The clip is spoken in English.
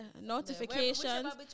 Notifications